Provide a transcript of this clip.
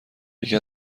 یکی